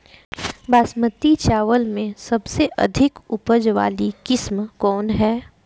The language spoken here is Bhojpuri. बासमती चावल में सबसे अधिक उपज वाली किस्म कौन है?